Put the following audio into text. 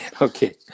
okay